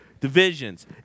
divisions